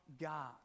God